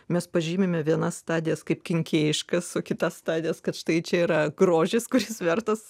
mes pažymime vienas stadijas kaip kenkėjiškas o kitas stadijas kad štai čia yra grožis kuris vertas